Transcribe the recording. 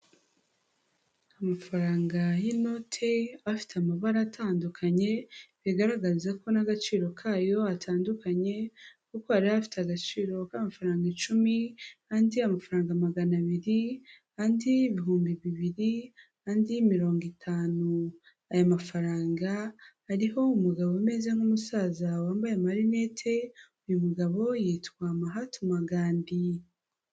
Amafaranga y'inote afite amabara atandukanye, bigaragaza ko n'agaciro kayo atandukanye, kuko hariho afite agaciro k'amafaranga icumi, andi amafaranga magana abiri, andi ibihumbi bibiri, andi mirongo itanu, aya mafaranga hariho umugabo umeze nk'umusaza wambaye amarinete. Uyu mugabo yitwa Mahatma Gandhi.